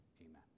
Amen